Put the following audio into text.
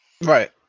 Right